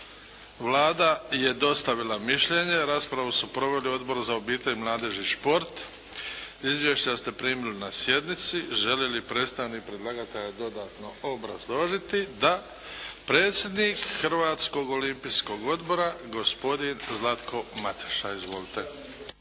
Vlada je dostavila mišljenje. Raspravu su proveli Odbor za obitelj, mladež i šport. Izvješća ste primili na sjednici. Želi li predstavnik predlagatelja dodatno obrazložiti? Da. Predsjednik Hrvatskog olimpijskog odbora, gospodin Zlatko Mateša. Izvolite.